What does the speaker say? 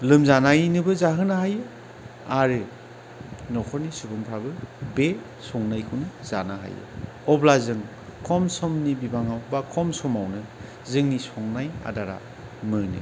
लोमजानायनोबो जाहोनो हायो आरो न'खरनि सुबुंफ्राबो बे संनायखौनो जानो हायो अब्ला जों खम समनि बिबाङाव बा खम समावनो जोंनि संनाय आदारा मोनो